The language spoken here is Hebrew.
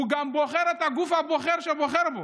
הוא גם בוחר את הגוף הבוחר שבוחר בו,